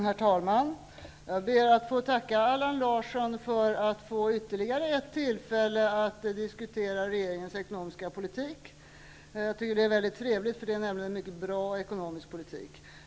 Herr talman! Jag ber att få tacka Allan Larsson för att vi får ytterligare ett tillfälle att diskutera regeringens ekonomiska politik. Jag tycker att det är väldigt trevligt att få göra det. Det är nämligen en mycket bra ekonomisk politik.